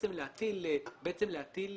בעצם להטיל סנקציה,